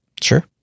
Sure